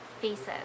faces